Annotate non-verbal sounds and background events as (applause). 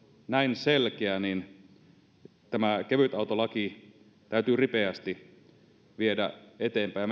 näin selkeä tämä kevytautolaki täytyy ripeästi viedä eteenpäin (unintelligible)